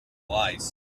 wise